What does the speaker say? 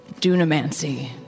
Dunamancy